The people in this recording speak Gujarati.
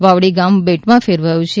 વાવડી ગામ બેટમા ફેરવાયુ છે